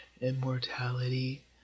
immortality